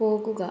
പോകുക